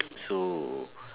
so